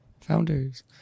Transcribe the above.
founders